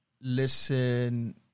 listen